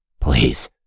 please